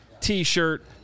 t-shirt